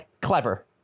clever